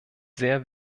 sehr